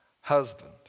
husband